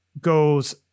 goes